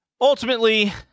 Ultimately